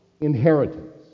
inheritance